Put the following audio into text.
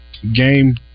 Game